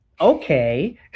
Okay